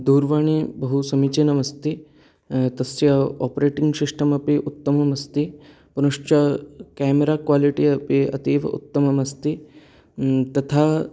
दूरवाणी बहुसमीचीना अस्ति तस्य आपरेटिङ्ग् शिष्टम् अपि उत्तमम् अस्ति पुनश्च केमेरा क्वालिटी अपि अतीव उत्तमम् अस्ति तथा